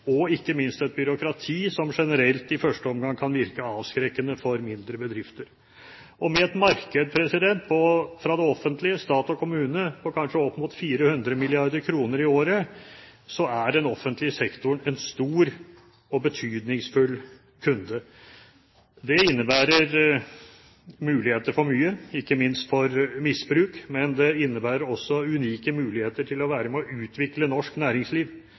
og ikke minst et byråkrati som generelt i første omgang kan virke avskrekkende for mindre bedrifter. Og med et marked fra det offentlige, stat og kommune, på kanskje opp mot 400 mrd. kr i året er den offentlige sektoren en stor og betydningsfull kunde. Det innebærer muligheter for mye, ikke minst for misbruk, men det innebærer også unike muligheter til å være med på å utvikle norsk næringsliv